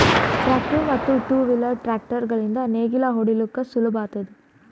tractor ಮತ್ತ್ two wheel tractor ಗಳಿಂದ್ ನೇಗಿಲ ಹೊಡಿಲುಕ್ ಸುಲಭ ಆತುದ